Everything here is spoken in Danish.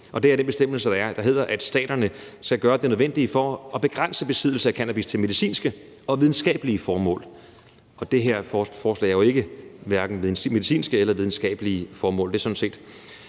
Det er i den bestemmelse, hvor der står, at staterne skal gøre det nødvendige for at begrænse besiddelse af cannabis til medicinske og videnskabelige formål. Og det her forslag har jo hverken et medicinsk eller videnskabeligt formål,